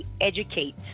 educate